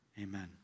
Amen